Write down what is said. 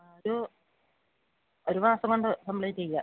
ആ ഒരു ഒരു മാസം കൊണ്ട് കംപ്ലീറ്റ് ചെയ്യാം